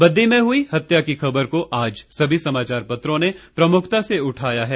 बद्दी में हुई हत्या की खबर को आज सभी समाचार पत्रों ने प्रमुखता से उठाया है